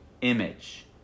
image